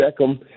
Beckham